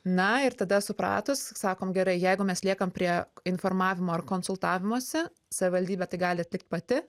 na ir tada supratus sakom gerai jeigu mes liekame prie informavimo ar konsultavimosi savivaldybė tai gali atlikt pati